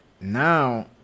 Now